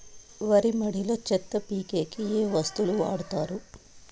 వరి మడిలో చెత్త పీకేకి ఏ వస్తువులు వాడుతారు?